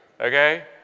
okay